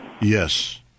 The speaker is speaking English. Yes